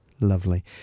Lovely